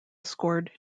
scored